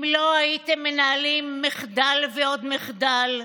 אם לא הייתם מנהלים מחדל ועוד מחדל,